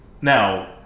Now